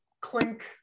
Clink